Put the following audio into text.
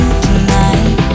tonight